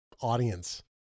audience